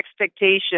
expectation